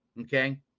Okay